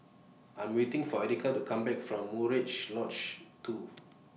I'm waiting For Erica to Come Back from Murai Lodge two